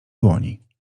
dłoni